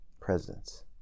presence